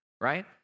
right